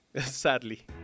sadly